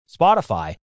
Spotify